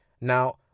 Now